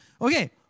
Okay